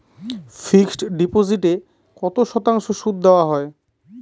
Fixed ডিপোজিটে কত শতাংশ সুদ দেওয়া হয়?